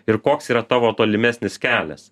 ir koks yra tavo tolimesnis kelias